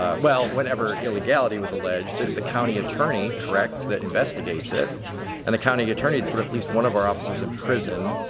ah well whatever illegality was alleged, that's the county attorney, correct, that investigates it in and the county attorney's but at least one of our officers in prison